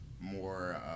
more